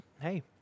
hey